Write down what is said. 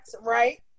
right